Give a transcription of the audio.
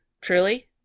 Truly